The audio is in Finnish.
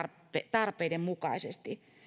tarpeiden mukaisesti